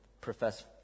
profess